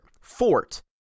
Fort